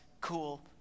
cool